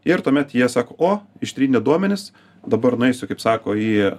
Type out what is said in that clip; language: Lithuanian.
ir tuomet jie sako o ištrynė duomenis dabar nueisiu kaip sako į